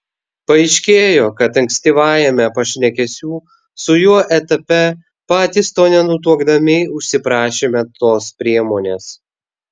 paaiškėjo kad ankstyvajame pašnekesių su juo etape patys to nenutuokdami užsiprašėme tos priemonės